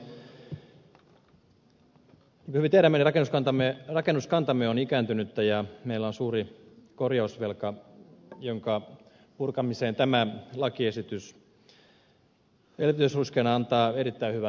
kuten hyvin tiedämme rakennuskantamme on ikääntynyttä ja meillä on suuri korjausvelka jonka purkamiseen tämä lakiesitys elvytysruiskeena antaa erittäin hyvän lähtökohdan